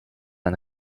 ein